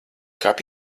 kāp